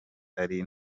ari